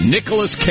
Nicholas